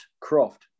Croft